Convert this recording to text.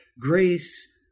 grace